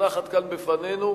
שמונחת כאן לפנינו,